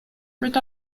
with